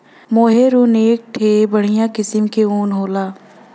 मोहेर ऊन एक ठे बढ़िया किस्म के ऊन होला